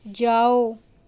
جاؤ